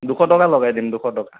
দুশ টকা লগাই দিম দুশ টকা